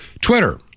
Twitter